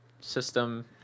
system